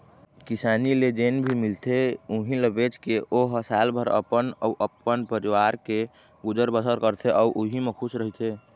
किसानी ले जेन भी मिलथे उहीं ल बेचके ओ ह सालभर अपन अउ अपन परवार के गुजर बसर करथे अउ उहीं म खुस रहिथे